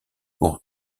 pour